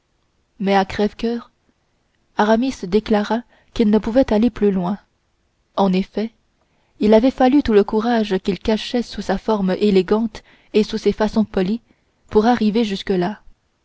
mais à crève-coeur aramis déclara qu'il ne pouvait aller plus loin en effet il avait fallu tout le courage qu'il cachait sous sa forme élégante et sous ses façons polies pour arriver jusque-là